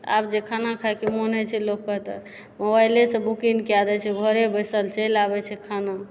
आब जे खाना खाइके मन होइत छै लोक कऽ तऽ मोबाइलेसँ बुकिङ्ग कए दए छै घरे बैसल चलि आबए छै खाना